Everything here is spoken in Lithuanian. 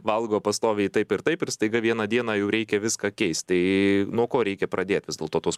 valgo pastoviai taip ir taip ir staiga vieną dieną jau reikia viską keist tai nuo ko reikia pradėt vis dėlto tuos